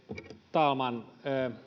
talman